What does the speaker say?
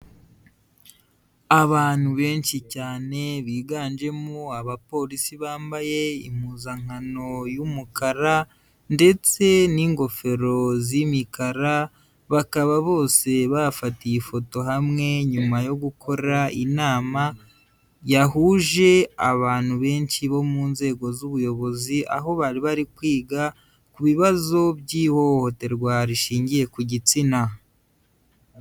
Abantu benshi cyane biganjemo abapolisi bambaye impuzankano y'umukara ndetse n'ingofero z'imikara, bakaba bose bafatiye ifoto hamwe nyuma yo gukora inama yahuje abantu benshi bo mu nzego z'ubuyobozi, aho bari bari kwiga ku bibazo by'ihohoterwa rishingiye ku gitsina.